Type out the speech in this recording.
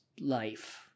life